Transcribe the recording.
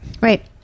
Right